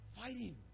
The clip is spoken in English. fighting